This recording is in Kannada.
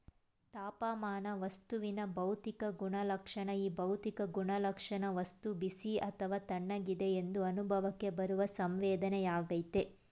ತಾಪಮಾನ ವಸ್ತುವಿನ ಭೌತಿಕ ಗುಣಲಕ್ಷಣ ಈ ಭೌತಿಕ ಗುಣಲಕ್ಷಣ ವಸ್ತು ಬಿಸಿ ಅಥವಾ ತಣ್ಣಗಿದೆ ಎಂದು ಅನುಭವಕ್ಕೆ ಬರುವ ಸಂವೇದನೆಯಾಗಯ್ತೆ